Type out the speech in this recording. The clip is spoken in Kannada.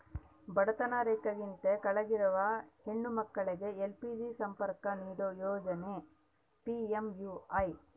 ಬಡತನ ರೇಖೆಗಿಂತ ಕೆಳಗಿರುವ ಹೆಣ್ಣು ಮಕ್ಳಿಗೆ ಎಲ್.ಪಿ.ಜಿ ಸಂಪರ್ಕ ನೀಡೋ ಯೋಜನೆ ಪಿ.ಎಂ.ಯು.ವೈ